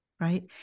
right